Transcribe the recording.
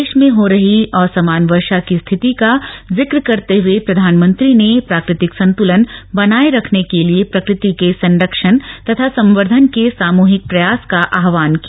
देश में हो रही असमान वर्षा की स्थिति का जिक्र करते हुए प्रधानमंत्री ने प्राकृतिक संतुलन बनाये रखने के लिए प्रकृति के संरक्षण तथा संवर्धन के सामूहिक प्रयास का आह्वान किया